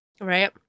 Right